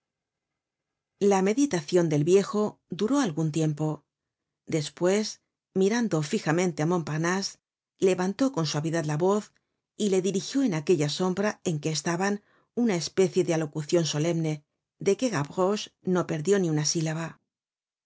la meditacion del viejo duró algun tiempo despues mirando fijamente á montparnase levantó con suavidad la voz y le dirigió en aquella sombra en que estaban una especie de alocucion solemne de que gavroche no perdió ni una sílaba